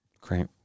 Great